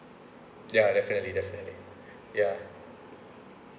ya definitely definitely ya